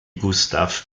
gustav